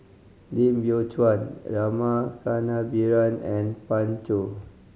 Lim Biow Chuan Rama Kannabiran and Pan Shou